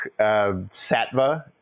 Satva